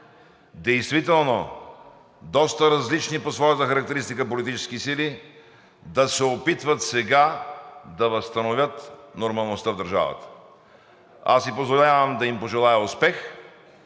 действително доста различни по своята характеристика политически сили да се опитват сега да възстановят нормалността в държавата. Аз си позволявам да им пожелая успех